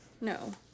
No